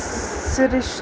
Sirish